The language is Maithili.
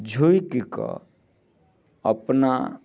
झूकि कऽ अपना